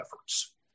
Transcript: efforts